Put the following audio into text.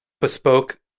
bespoke